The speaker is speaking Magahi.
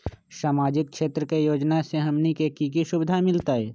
सामाजिक क्षेत्र के योजना से हमनी के की सुविधा मिलतै?